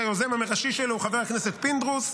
שהיוזם הראשי שלו הוא חבר הכנסת פינדרוס,